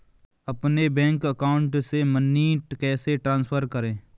अपने bank account से money कैसे ट्रांसफर करें?